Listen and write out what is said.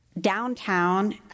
downtown